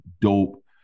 dope